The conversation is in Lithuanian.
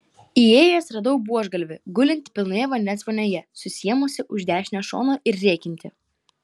įėjęs radau buožgalvį gulintį pilnoje vandens vonioje susiėmusį už dešinio šono ir rėkiantį